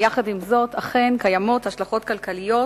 עם זאת, אכן קיימות השלכות כלכליות,